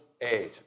age